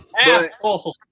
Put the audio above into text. Asshole